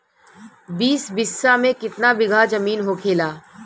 बीस बिस्सा में कितना बिघा जमीन होखेला?